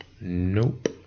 nope